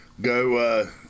go